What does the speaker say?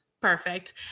Perfect